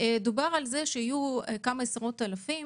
דובר על זה שיהיו כמה עשרות אלפים